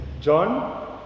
John